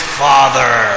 father